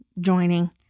joining